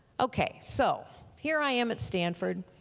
okay, so here i am at stanford